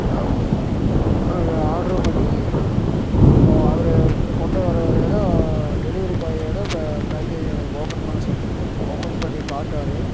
அது ஆட்ரு பண்ணி அவரு கொண்டு வரார் தான் டெலிவரி பாய் எதோ பே பேக்கேஜை ஓப்பன் பண்ண சொன்னேங்கள் ஓப்பன் பண்ணி பார்த்தாரு